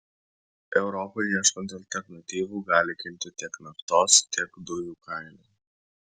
europai ieškant alternatyvų gali kilti tiek naftos tiek dujų kaina